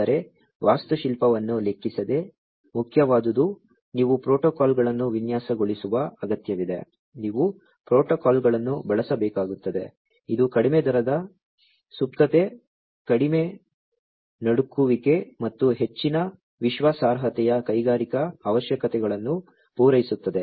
ಆದರೆ ವಾಸ್ತುಶಿಲ್ಪವನ್ನು ಲೆಕ್ಕಿಸದೆಯೇ ಮುಖ್ಯವಾದುದು ನೀವು ಪ್ರೋಟೋಕಾಲ್ಗಳನ್ನು ವಿನ್ಯಾಸಗೊಳಿಸುವ ಅಗತ್ಯವಿದೆ ನೀವು ಪ್ರೋಟೋಕಾಲ್ಗಳನ್ನು ಬಳಸಬೇಕಾಗುತ್ತದೆ ಇದು ಕಡಿಮೆ ದರದ ಸುಪ್ತತೆ ಕಡಿಮೆ ನಡುಗುವಿಕೆ ಮತ್ತು ಹೆಚ್ಚಿನ ವಿಶ್ವಾಸಾರ್ಹತೆಯ ಕೈಗಾರಿಕಾ ಅವಶ್ಯಕತೆಗಳನ್ನು ಪೂರೈಸುತ್ತದೆ